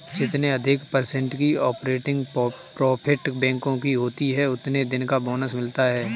जितने अधिक पर्सेन्ट की ऑपरेटिंग प्रॉफिट बैंकों को होती हैं उतने दिन का बोनस मिलता हैं